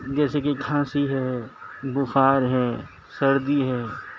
جیسے کہ کھانسی ہے بخار ہے سردی ہے